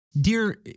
Dear